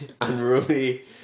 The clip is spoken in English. Unruly